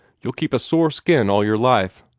you'll keep a sore skin all your life.